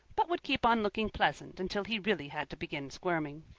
but would keep on looking pleasant until he really had to begin squirming.